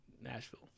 nashville